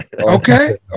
Okay